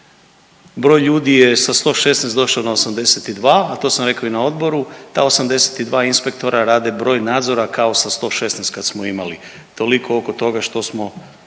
broj ljudi sa 116 došao na 82, a to sam rekao i na odboru, ta 82 inspektora rade broj nadzora kao sa 116 kad smo imali, toliko oko toga što smo